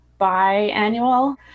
biannual